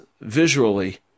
visually